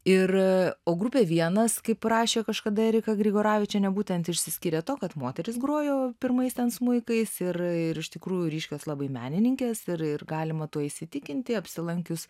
ir o grupė vienas kaip rašė kažkada erika grigoravičienė būtent išsiskiria tuo kad moterys grojo pirmais ten smuikais irir iš tikrųjų ryškios labai menininkės ir ir galima tuo įsitikinti apsilankius